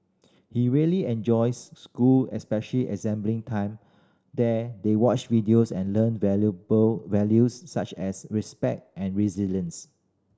he really enjoys school especially assembly time there they watch videos and learn valuable values such as respect and resilience